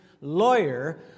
lawyer